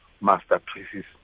Masterpieces